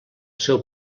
seu